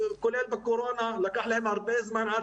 כולל בקורונה שלקח להם הרבה זמן עד